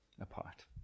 apart